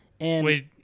Wait